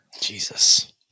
Jesus